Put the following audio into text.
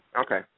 Okay